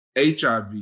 HIV